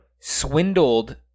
Swindled